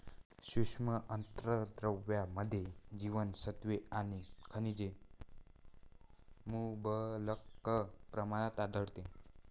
सूक्ष्म अन्नद्रव्यांमध्ये जीवनसत्त्वे आणि खनिजे मुबलक प्रमाणात आढळतात